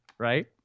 Right